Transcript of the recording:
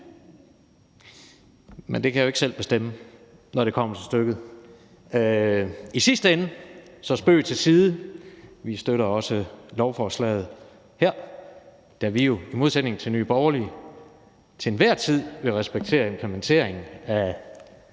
Men det kan jeg jo ikke selv bestemme, når det kommer til stykket. I sidste ende og spøg til side: Vi støtter også lovforslaget, da vi jo i modsætning til Nye Borgerlige til enhver tid vil respektere en implementering af